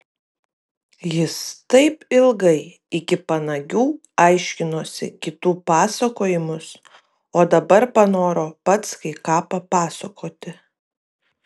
jis taip ilgai iki panagių aiškinosi kitų pasakojimus o dabar panoro pats kai ką papasakoti